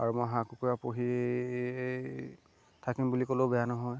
আৰু মই হাঁহ কুকুৰা পুহি থাকিম বুলি ক'লেও বেয়া নহয়